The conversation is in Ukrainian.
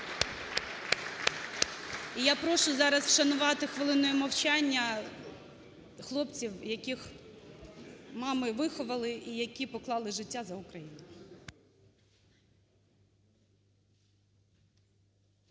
я прошу зараз вшанувати хвилиною мовчання хлопців, яких мами виховали і які поклали життя за Україну.